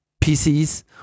PCs